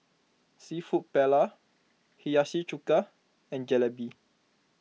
Seafood Paella Hiyashi Chuka and Jalebi